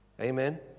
Amen